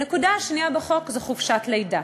הנקודה השנייה בחוק היא חופשת לידה.